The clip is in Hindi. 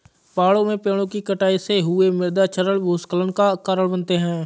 पहाड़ों में पेड़ों कि कटाई से हुए मृदा क्षरण भूस्खलन का कारण बनते हैं